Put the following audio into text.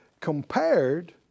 compared